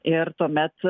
ir tuomet